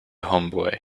homeboy